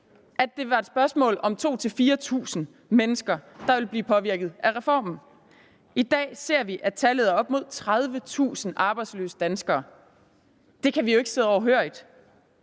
at det var et spørgsmål om 2.000-4.000 mennesker, der ville blive påvirket af reformen. I dag ser vi, at tallet er op mod 30.000 arbejdsløse danskere. Det kan vi jo ikke sidde overhørig,